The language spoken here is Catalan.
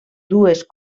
dues